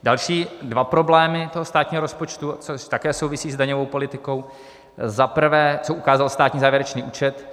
Další dva problémy státního rozpočtu, což také souvisí s daňovou politikou, za prvé, co ukázal státní závěrečný účet.